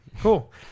Cool